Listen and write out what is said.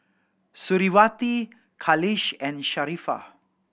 Suriawati Khalish and Sharifah